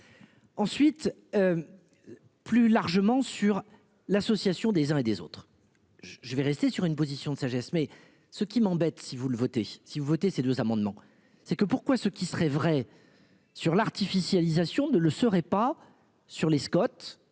Ensuite. Plus largement sur l'association des uns et des autres. Je vais rester sur une position de sagesse, mais ce qui m'embête si vous le votez si vous votez ces deux amendements. C'est que pourquoi ce qui serait vrai. Sur l'artificialisation ne le serait pas sur les Scott